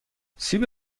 سیب